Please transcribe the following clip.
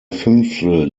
fünftel